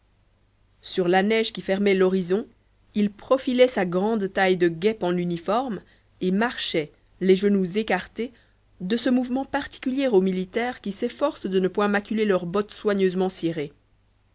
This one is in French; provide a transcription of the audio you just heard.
sur la neige qui fermait l'horizon il profilait sa grande taille de guêpe en uniforme et marchait les genoux écartés de ce mouvement particulier aux militaires qui s'efforcent de ne point maculer leurs bottes soigneusement cirées